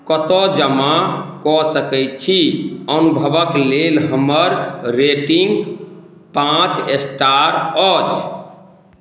कतऽ जमा कऽ सकै छी अनुभवके लेल हमर रेटिन्ग पाँच एस्टार अछि